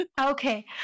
Okay